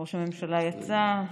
ראש הממשלה, יצא.